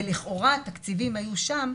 ולכאורה התקציבים היו שם,